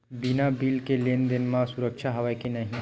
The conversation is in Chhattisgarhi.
बिना बिल के लेन देन म सुरक्षा हवय के नहीं?